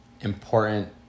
important